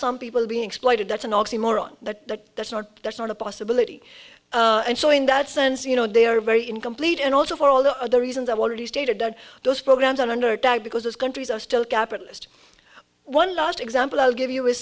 some people being exploited that's an oxymoron that that's not that's not a possibility and so in that sense you know they are very incomplete and also for all the other reasons i've already stated that those programs are under attack because those countries are still capitalist one last example i'll give you